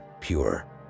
pure